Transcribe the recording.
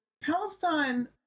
Palestine